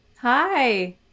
Hi